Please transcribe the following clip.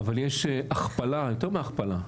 אבל יש הכפלה, יותר מהכפלה.